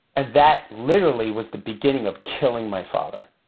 and that literally was the beginning of killing my father.